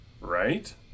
Right